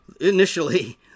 Initially